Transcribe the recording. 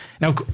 Now